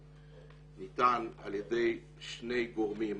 הוא ניתן על ידי שני גורמים,